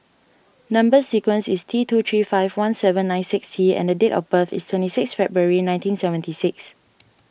Number Sequence is T two three five one seven nine six T and the date of birth is twenty six February nineteen seventy six